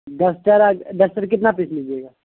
duster آج duster کتنا piece لیجیے گا